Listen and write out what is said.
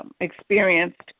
experienced